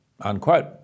unquote